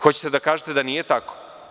Hoćete da kažete da nije tako?